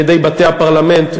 על-ידי בתי-הפרלמנט,